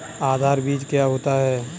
आधार बीज क्या होता है?